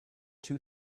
two